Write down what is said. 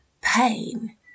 pain